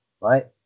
right